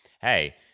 hey